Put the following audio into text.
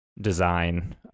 design